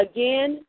Again